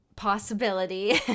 possibility